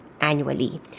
annually